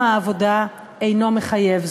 לא ממש